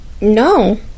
No